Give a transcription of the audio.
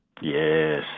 Yes